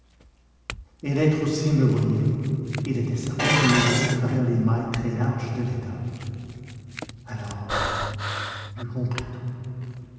et l'être aussi me voyait il était certain qu'il me voyait à travers les mailles très larges de l'étoffe alors je compris tout